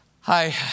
Hi